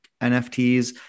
NFTs